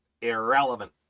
irrelevant